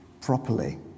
properly